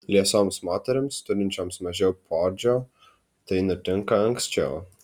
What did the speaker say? liesoms moterims turinčioms mažiau poodžio tai nutinka anksčiau